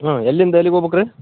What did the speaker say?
ಹಾಂ ಎಲ್ಲಿಂದ ಎಲ್ಲಿಗೆ ಹೋಬಕ್ ರೀ